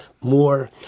more